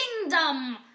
kingdom